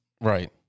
right